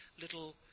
little